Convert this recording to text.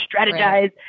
strategize